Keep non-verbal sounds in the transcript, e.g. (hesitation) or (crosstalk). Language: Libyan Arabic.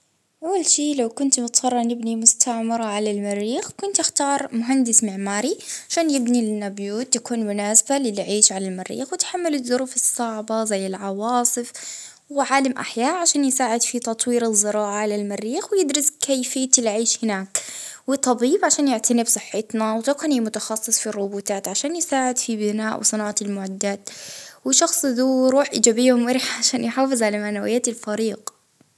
اه نرفع معاي (hesitation) دكتور أو طبيب (hesitation) باش (hesitation) يعتني بصحتنا ومهندس باش اه يبني المستعمرة واه عالم (hesitation) عالم نبات باش يزرع الأكل (hesitation) وفنان بيش يرفه علينا وصديق مقرب بيش منحسش بالملل ونحس براحه نفسية.